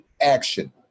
action